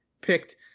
picked